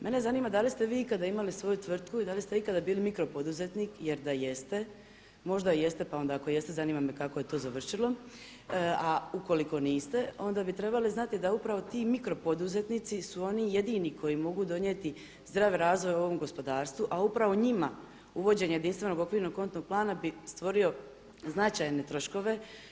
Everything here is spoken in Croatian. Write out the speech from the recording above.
Mene zanima da li ste vi ikada imali svoju tvrtku i da li ste ikada bili mikropoduzetnik, jer da jeste možda jeste pa onda ako jeste zanima kako je to završilo, a ukoliko niste onda bi trebali znati da upravo ti mikropoduzetnici su oni jedini koji mogu donijeti zdrav razvoj ovom gospodarstvu a upravo njima uvođenje jedinstvenog okvirnog kontnog plana bi stvori značajne troškove.